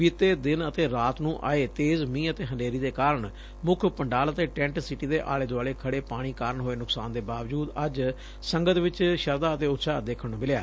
ਬੀਤੇ ਦਿਨ ਅਤੇ ਰਾਤ ਨੂੰ ਆਏ ਤੇਜ਼ ਮੀਹ ਅਤੇ ਹਨੇਰੀ ਦੇ ਕਾਰਨ ਮੁੱਖ ਪੰਡਾਲ ਅਤੇ ਟੈਂਟ ਸਿਟੀ ਦੇ ਆਲੇ ਦੁਆਲੇ ਖੜ੍ਹੇ ਪਾਣੀ ਕਾਰਨ ਹੋਏ ਨੁਕਸਾਨ ਦੇ ਬਾਵਜੂਦ ਅੱਜ ਸੰਗਤ ਚ ਸ਼ਰਧਾ ਅਤੇ ਉਤਸ਼ਾਹ ਦੇਖਣ ਨੂੰ ਮਿਲਿਆ